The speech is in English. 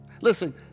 listen